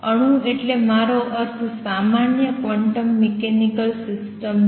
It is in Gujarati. અણુ એટલે મારો અર્થ સામાન્ય ક્વોન્ટમ મિકેનિકલ સિસ્ટમ છે